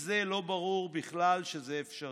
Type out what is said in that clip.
זה לא ברור בכלל שזה אפשרי.